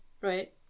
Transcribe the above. right